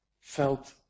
felt